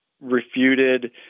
refuted